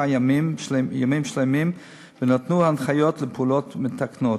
ימים שלמים ונתנו הנחיות לפעולות מתקנות.